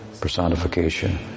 personification